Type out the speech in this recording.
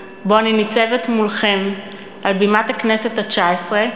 ניצבת מולכם על בימת הכנסת התשע-עשרה,